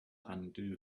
undo